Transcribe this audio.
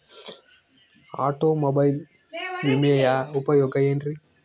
Automobile ವಿಮೆಯ ಉಪಯೋಗ ಏನ್ರೀ?